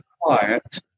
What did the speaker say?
quiet